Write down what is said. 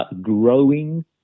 growing